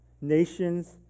Nations